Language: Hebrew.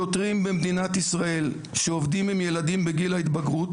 שוטרים במדינת ישראל שעובדים עם ילדים בגיל ההתבגרות